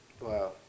Wow